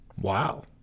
Wow